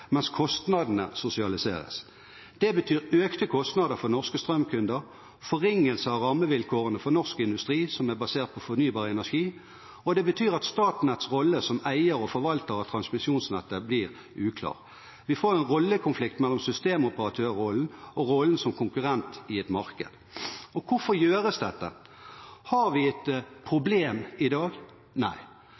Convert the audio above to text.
mens kostnadene sosialiseres. Det betyr økte kostnader for norske strømkunder, forringelse av rammevilkårene for norsk industri som er basert på fornybar energi, og det betyr at Statnetts rolle som eier og forvalter av transmisjonsnettet blir uklar. Vi får en rollekonflikt mellom systemoperatørrollen og rollen som konkurrent i et marked. Og hvorfor gjøres dette? Har vi et problem i dag? Nei.